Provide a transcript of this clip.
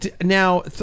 Now